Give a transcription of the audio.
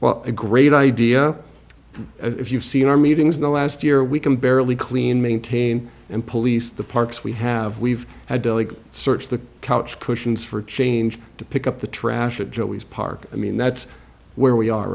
well a great idea if you've seen our meetings in the last year we can barely clean maintain and police the parks we have we've had to search the couch cushions for change to pick up the trash at joey's park i mean that's where we are